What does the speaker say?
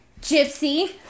Gypsy